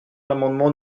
l’amendement